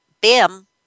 bam